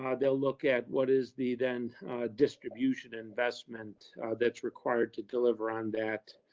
um they'll look at, what is the then distribution investment that's required to deliver on that.